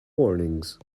warnings